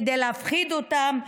כדי להפחיד אותם,